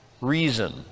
reason